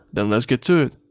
then let's get to it!